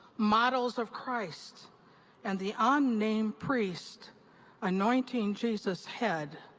models of christ and the unnamed priest anointing jesus' head,